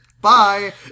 Bye